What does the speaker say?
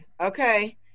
okay